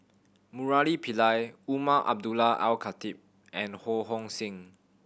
Murali Pillai Umar Abdullah Al Khatib and Ho Hong Sing